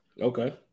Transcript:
Okay